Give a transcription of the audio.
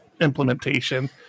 implementation